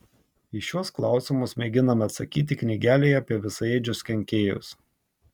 į šiuos klausimus mėginame atsakyti knygelėje apie visaėdžius kenkėjus